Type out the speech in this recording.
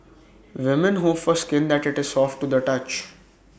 women hope for skin that is soft to the touch